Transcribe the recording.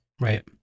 right